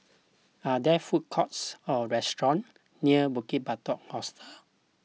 are there food courts or restaurants near Bukit Batok Hostel